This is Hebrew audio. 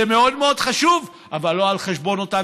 זה מאוד מאוד חשוב אבל לא על חשבון אותם